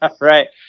right